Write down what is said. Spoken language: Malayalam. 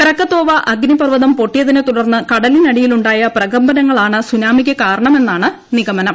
പ്രകകതോവ അഗ്നിപർവ്വതം പൊട്ടിയതിനെ തുടർന്ന് കടലിനടിയിലുണ്ടായ പ്രകമ്പനങ്ങളാണ് സുനാമിക്ക് കാരണമെന്നാണ് നിഗമനം